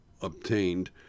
obtained